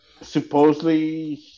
supposedly